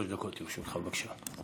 שלוש דקות לרשותך, בבקשה.